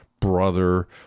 brother